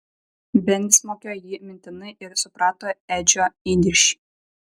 benis mokėjo jį mintinai ir suprato edžio įniršį